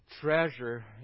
treasure